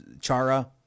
Chara